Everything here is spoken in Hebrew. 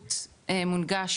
שירות מונגש,